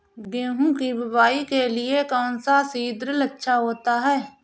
गेहूँ की बुवाई के लिए कौन सा सीद्रिल अच्छा होता है?